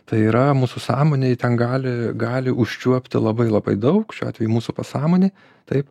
tai yra mūsų sąmonėj ten gali gali užčiuopti labai labai daug šiuo atveju mūsų pasąmonė taip